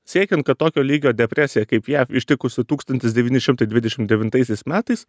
siekiant kad tokio lygio depresija kaip jav ištikusi tūkstantis devyni šimtai dvidešim devintaisiais metais